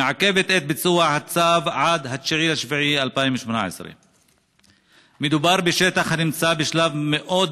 המעכבת את ביצוע הצו עד 9 ביולי 2018. מדובר בשטח הנמצא בשלב מאוד